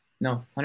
no